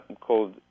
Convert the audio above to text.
called